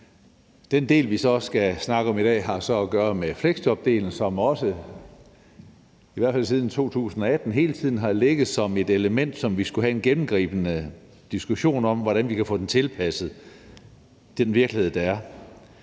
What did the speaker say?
Den del, vi så skal snakke om i dag, har at gøre med fleksjobdelen, som også, i hvert fald siden 2018, hele tiden har ligget som et element, som vi skulle have en gennemgribende diskussion om hvordan vi kan få tilpasset den virkelighed, der er.